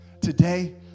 Today